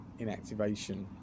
inactivation